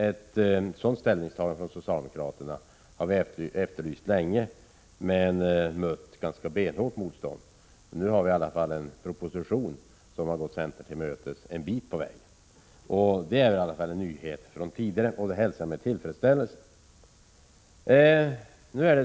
Ett sådant ställningstagande från socialdemokraterna har vi efterlyst länge men mött ganska benhårt motstånd. Nu finns det i alla fall en proposition, som delvis har gått centern till mötes. Det är en nyhet, och vi hälsar den med tillfredsställelse.